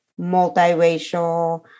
multiracial